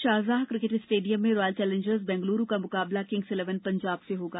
आज Sharjah cricket stadium में Royal Challengers Bangalore का मुकाबला किंग्स इलेवन पंजाब से होगा